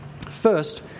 First